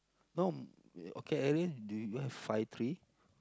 no okay Erin do you you have five tree